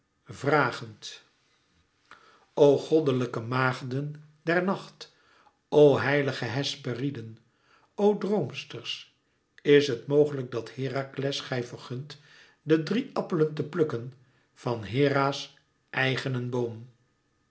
vragend o goddelijke maagden der nacht o heilige hesperiden o droomsters is het mogelijk dat herakles gij vergunt de drie appelen te plukken van hera's eigenen boom